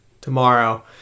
tomorrow